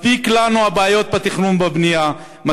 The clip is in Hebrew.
מספיק יש לנו בעיות בתכנון ובבנייה,